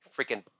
Freaking